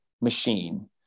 machine